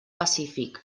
pacífic